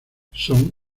son